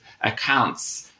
accounts